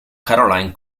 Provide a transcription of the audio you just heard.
caroline